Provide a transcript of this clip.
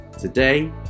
today